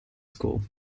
school